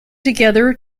together